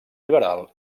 liberal